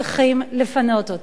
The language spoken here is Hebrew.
צריכים לפנות אותם.